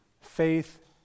Faith